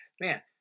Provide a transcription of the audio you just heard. man